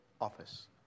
office